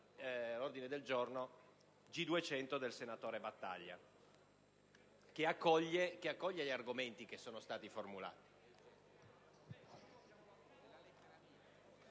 sull'ordine del giorno G200 del senatore Battaglia, che accoglie gli argomenti che sono stati formulati.